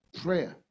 prayer